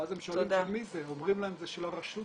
ואז הם שואלים "של מי זה" ואומרים להם "של הרשות